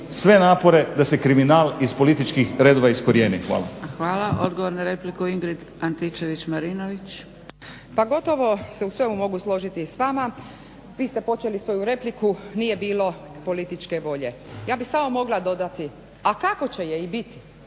sve napore da se kriminal iz političkih redova iskorijeni. Hvala. **Zgrebec, Dragica (SDP)** Hvala. Odgovor na repliku Ingrid Antičević Marinović. **Antičević Marinović, Ingrid (SDP)** Pa gotovo se u svemu mogu složiti s vama. Vi ste počeli svoju repliku nije bilo političke volje. Ja bih samo mogla dodati, a kako će je i biti